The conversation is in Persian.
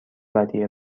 ودیعه